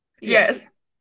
Yes